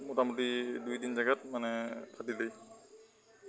মোটামুটি দুই তিনি জেগাত মানে ফাটিলেই